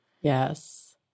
Yes